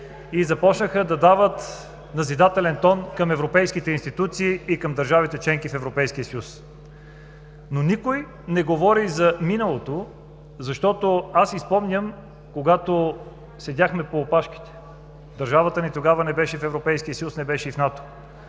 е започна да дава назидателен тон към европейските институции и към държавите – членки в Европейския съюз. Но никой не говори за миналото, защото аз си спомням, когато седяхме по опашките. Държавата ни тогава не беше в Европейския съюз, не беше и в НАТО.